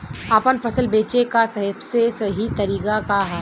आपन फसल बेचे क सबसे सही तरीका का ह?